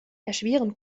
erschwerend